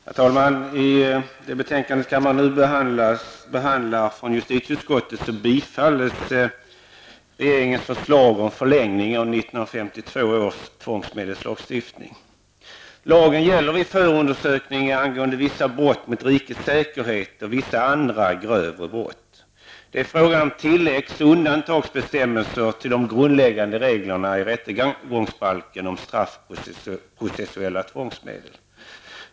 Herr talman! I det betänkande från justitieutskottet som kammaren nu behandlar tillstyrks regeringens förslag om förlängning av 1952 års tvångsmedelslagstiftning. Lagen gäller vid förundersökning angående vissa brott mot rikets säkerhet och vissa andra grövre brott. Det är fråga om tilläggs och undantagsbestämmelser till de grundläggande reglerna i rättegångsbalken om straffprocessuella tvångsmedel.